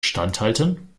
standhalten